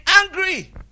angry